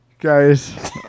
Guys